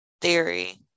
theory